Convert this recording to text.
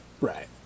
Right